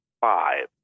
five